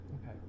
Okay